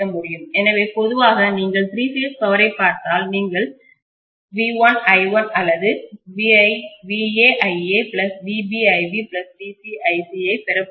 எனவே பொதுவாக நீங்கள் திரி பேஸ் பவரை பார்த்தால் நீங்கள் v1i1 அல்லது vAiAvBiBvCiC ஐப்பெறப்போகிறீர்கள்